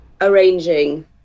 arranging